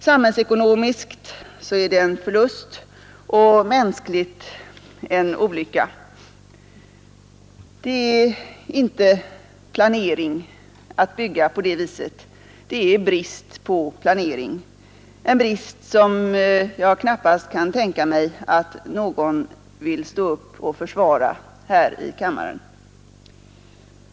Samhällsekonomiskt är det en förlust och mänskligt en olycka. Det är inte planering att bygga på det sättet — det är brist på planering, en brist som jag knappast kan tänka mig att någon vill stå upp och försvara här i kammaren.